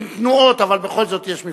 אין תנועות, אבל בכל זאת יש מפלגות.